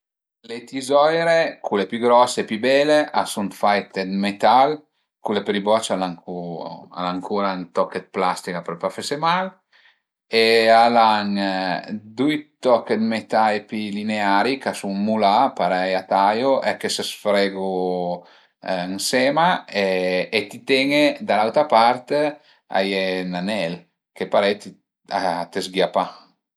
Le tizoire cule pi grose pi bele a sun faite dë metal, cule për i bocia al an ancu al an ancura ën toch dë plastica për pa fese mal e al an dui toch dë metai pi lineari ch'a sun mulà, parei a taiu e che së sfregu ënsema e ti tene da l'auta part a ie ün anèl e parei a të sghìa pa